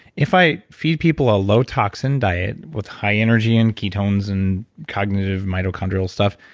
if i feed people a low toxin diet with high energy in ketones and cognitive mitochondrial stuff,